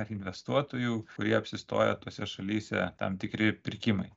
ar investuotojų kurie apsistoja tose šalyse tam tikri pirkimai